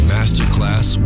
Masterclass